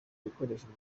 bikoresho